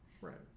Right